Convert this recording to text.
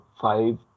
five